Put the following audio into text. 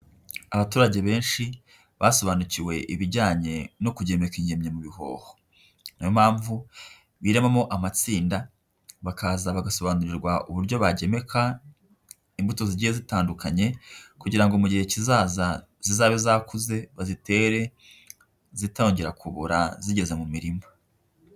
Abaturage benshi basobanukiwe ibijyanye no kugeneka ingemye mu bihoho, ni yo mpamvu biremamo amatsinda, bakaza bagasobanurirwa uburyo bagemeka imbuto zigiye zitandukanye kugira ngo mu gihe kizaza zizabe zakuze bazitere, zitongera kubora zigeze mu mirima.